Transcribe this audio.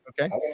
Okay